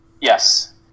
Yes